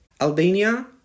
Albania